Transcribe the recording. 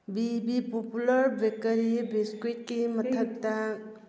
B B popular bakery ꯕꯤꯁꯀ꯭ꯋꯨꯠꯀꯤ ꯃꯊꯛꯇ